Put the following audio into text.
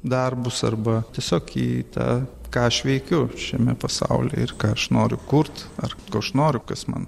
darbus arba tiesiog į tą ką aš veikiu šiame pasaulyje ir ką aš noriu kurt ar ko aš noriu kas man